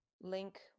link